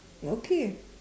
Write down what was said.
okay